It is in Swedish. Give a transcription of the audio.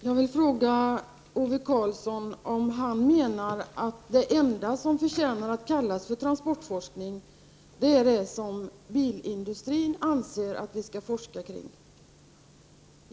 Fru talman! Jag vill fråga Ove Karlsson om han menar att det enda som förtjänar att kallas för transportforskning är det som bilindustrin anser att man skall forska kring.